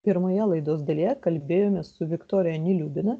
pirmoje laidos dalyje kalbėjomės su viktorija neliubina